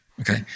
Okay